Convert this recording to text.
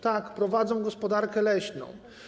Tak, prowadzą gospodarkę leśną.